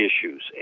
issues